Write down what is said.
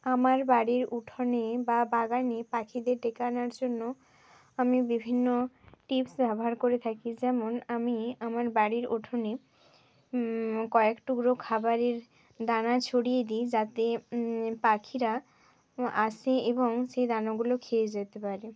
আমার বাড়ির উঠোনে বা বাগানে পাখিদের ডেকে আনার জন্য আমি বিভিন্ন টিপ ব্যবহার করে থাকি যেমন আমি আমার বাড়ির উঠোনে কয়েক টুকরো খাবারের দানা ছড়িয়ে দিই যাতে পাখিরা আসে এবং সে দানাগুলো খেয়ে যেতে পারে